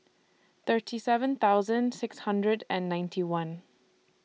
thirty seven thousand six hundred and ninety one